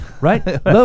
right